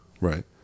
right